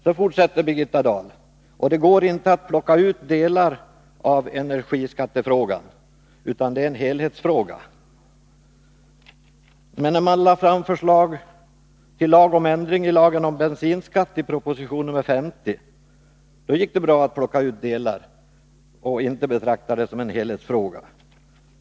Så fortsätter Birgitta Dahl: ”Och det går inte att plocka ut delar av energiskattefrågan— ——- utan det är en helhetsfråga.” Men när man lade fram förslag till lag om ändring i lagen om bensinskatt i proposition nr 50 gick det bra att plocka ut delar och inte betrakta det som en helhetsfråga.